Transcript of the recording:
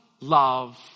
love